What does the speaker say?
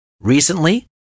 Recently